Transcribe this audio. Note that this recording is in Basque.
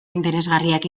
interesgarriak